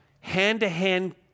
hand-to-hand